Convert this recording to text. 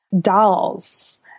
dolls